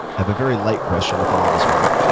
have a very light question to follow this one up.